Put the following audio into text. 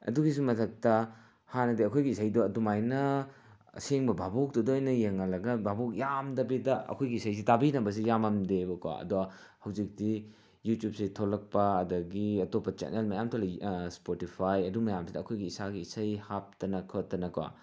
ꯑꯗꯨꯒꯤꯁꯨ ꯃꯊꯛꯇ ꯍꯥꯟꯅꯗꯤ ꯑꯩꯈꯣꯏꯒꯤ ꯏꯁꯩꯗꯣ ꯑꯗꯨꯃꯥꯏꯅ ꯑꯁꯦꯡꯕ ꯚꯥꯕꯣꯛꯇꯨꯗ ꯑꯣꯏꯅ ꯌꯦꯡꯍꯜꯂꯒ ꯚꯥꯕꯣꯛ ꯌꯥꯝꯗꯕꯤꯗ ꯑꯩꯈꯣꯏꯒꯤ ꯏꯁꯩꯁꯤ ꯇꯥꯕꯤꯅꯕꯁꯤ ꯌꯥꯝꯃꯝꯗꯦꯕꯀꯣ ꯑꯗꯣ ꯍꯧꯖꯤꯛꯇꯤ ꯌꯨꯇꯨꯞꯁꯦ ꯊꯣꯛꯂꯛꯄ ꯑꯗꯒꯤ ꯑꯇꯣꯞꯄ ꯆꯦꯟꯅꯦꯜ ꯃꯌꯥꯝ ꯊꯣꯛꯂꯛꯑꯦ ꯁ꯭ꯄꯣꯇꯤꯐꯥꯏ ꯑꯗꯨ ꯃꯌꯥꯝꯗꯨꯗ ꯑꯩꯈꯣꯏꯒꯤ ꯏꯁꯥꯒꯤ ꯏꯁꯩ ꯍꯥꯞꯇꯅ ꯈꯣꯠꯇꯅꯀꯣ